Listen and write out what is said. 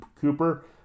Cooper